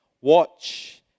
Watch